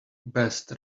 best